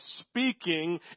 speaking